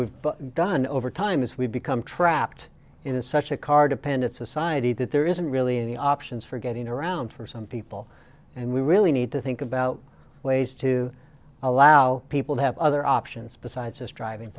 we've done over time is we've become trapped in such a car dependent society that there isn't really any options for getting around for some people and we really need to think about ways to allow people to have other options besides us driving